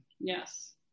Yes